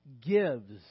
gives